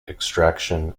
extraction